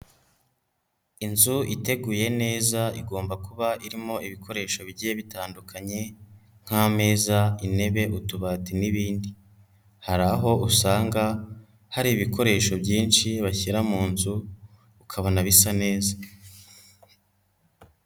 Inzu iteguye neza igomba kuba irimo ibikoresho bigiye bitandukanye nk'ameza, intebe, utubati n'ibindi, hari aho usanga hari ibikoresho byinshi bashyira mu nzu ukabona bisa neza.